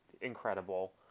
incredible